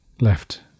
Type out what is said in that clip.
left